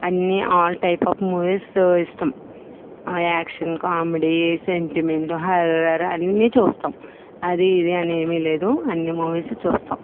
అన్నీ all type of movies ఇష్టం ఆ యాక్షన్ కామెడీ సెంటిమెంట్ హారర్ అన్నీ చూస్తాం అది ఇది ఏమీ లేదు అన్నీ మూవీస్ చూస్తాం